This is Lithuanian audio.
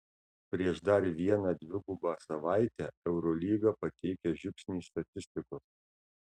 prieš dar vieną dvigubą savaitę eurolyga pateikia žiupsnį statistikos